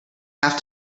have